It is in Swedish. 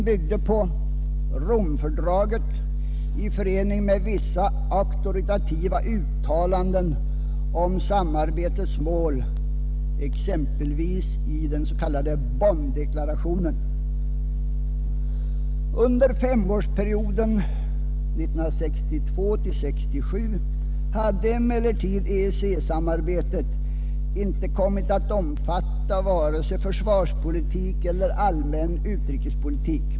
Den byggde på Romfördraget i förening med vissa auktoritativa uttalanden om samarbetets mål, exempelvis i den s.k. Bonndeklarationen. Under femårsperioden 1962-1967 hade emellertid EEC-samarbetet inte kommit att omfatta vare sig försvarspolitik eller allmän utrikespolitik.